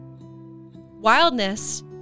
Wildness